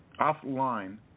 offline